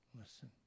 listen